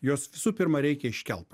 jas visų pirma reikia iškelt